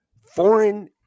foreign